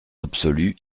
absolu